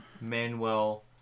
Manuel